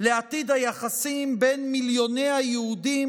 לעתיד היחסים בין מיליוני היהודים